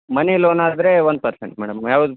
ಮನಿ loan ಆದರೆ one percent madam ಯಾವ್ದ